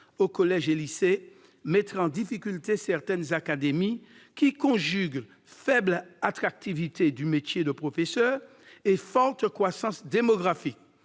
au collège et au lycée mettra en difficulté certaines académies qui conjuguent faible attractivité du métier de professeur et forte croissance démographique.